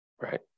Right